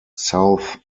south